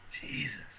Jesus